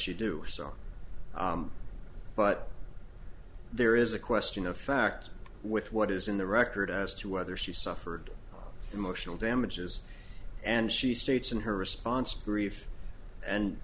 she do so but there is a question of fact with what is in the record as to whether she suffered emotional damages and she states in her response brief and